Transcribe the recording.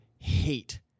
hate